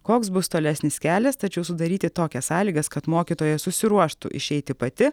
koks bus tolesnis kelias tačiau sudaryti tokias sąlygas kad mokytoja susiruoštų išeiti pati